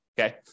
Okay